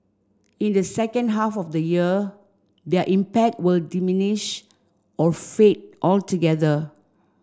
in the second half of the year their impact will diminish or fade altogether